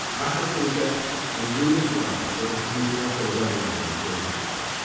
ah aisha soldier and rubins sagala for introducing us to the letter writer in today's episode.